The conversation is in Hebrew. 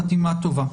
חתימה טובה.